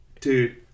Dude